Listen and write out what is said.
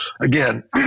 Again